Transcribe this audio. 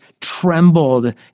trembled